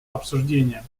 обсуждениям